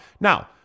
Now